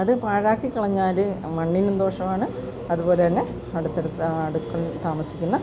അത് പാഴാക്കിക്കളഞ്ഞാല് മണ്ണിനും ദോഷവാണ് അത്പോലെതന്നെ അടുത്തടുത്ത അടുത്ത് താമസിക്കുന്ന